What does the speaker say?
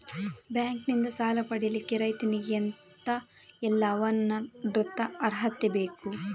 Bank ನಿಂದ ಸಾಲ ಪಡಿಲಿಕ್ಕೆ ರೈತನಿಗೆ ಎಂತ ಎಲ್ಲಾ ಅವನತ್ರ ಅರ್ಹತೆ ಬೇಕು?